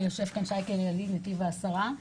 יושב פה שייקה לידי מנתיב העשרה,